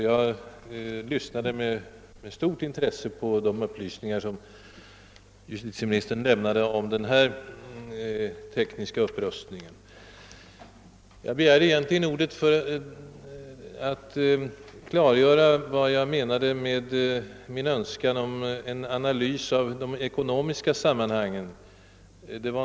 Jag lyssnade därför med största intresse på de upplysningar som justitieministern lämnade om den fortsatta tekniska upprustningen. Jag begärde egentligen ordet för att söka klargöra vad jag menade med min önskan om en analys av de ekonomiska sammanhangen.